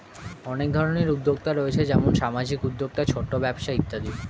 অনেক ধরনের উদ্যোক্তা রয়েছে যেমন সামাজিক উদ্যোক্তা, ছোট ব্যবসা ইত্যাদি